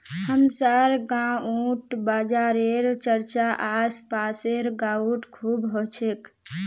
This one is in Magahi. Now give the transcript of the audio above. हमसार गांउत बाजारेर चर्चा आस पासेर गाउत खूब ह छेक